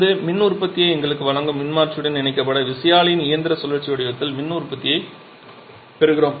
இங்கிருந்து மின் உற்பத்தியை எங்களுக்கு வழங்கும் மின்மாற்றியுடன் இணைக்கப்பட்ட விசையாழியின் இயந்திர சுழற்சி வடிவத்தில் மின் உற்பத்தியைப் பெறுகிறோம்